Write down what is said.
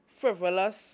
frivolous